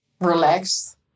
relaxed